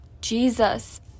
Jesus